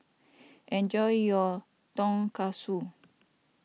enjoy your Tonkatsu